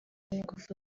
n’ingufu